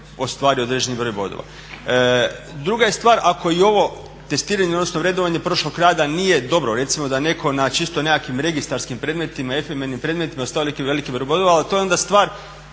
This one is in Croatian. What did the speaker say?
ostvari određeni broj bodova. Druga je stvar ako i ovo testiranje, odnosno vrednovanje prošlog rada nije dobro, recimo da netko na čisto nekakvim registarskim predmetima, efimenim predmetima ostvari neki veliki broj bodova. To je onda stvar